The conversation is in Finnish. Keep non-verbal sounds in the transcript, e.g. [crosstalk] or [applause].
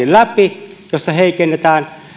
[unintelligible] läpi aktiivimallin jossa heikennetään